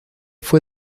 fue